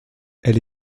elle